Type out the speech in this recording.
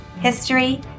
history